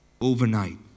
Overnight